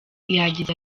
yagize